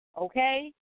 okay